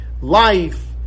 life